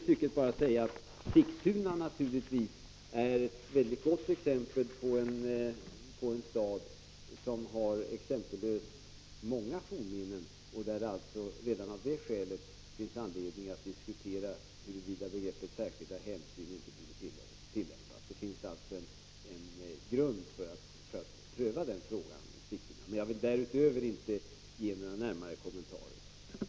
Sigtuna är naturligtvis ett gott exempel på en stad som har oändligt många fornminnen. Redan av det skälet finns det alltså anledning att diskutera begreppet särskilda hänsyn. Det finns alltså en grund för att pröva den frågan. Därutöver vill jag emellertid inte göra några närmare kommentarer.